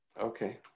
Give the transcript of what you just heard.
Okay